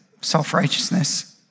self-righteousness